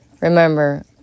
Remember